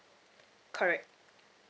correct